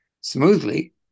smoothly